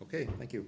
ok thank you